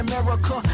America